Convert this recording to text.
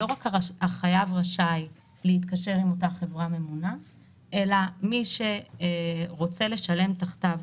שלא רק החייב רשאי להתקשר עם אותה חברה ממונה אלא מי שרוצה לשלם תחתיו.